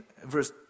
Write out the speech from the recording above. verse